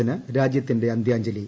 സിന് രാജ്യത്തിന്റെ അന്ത്യാഞ്ജലി